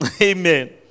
Amen